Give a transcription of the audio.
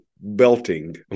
belting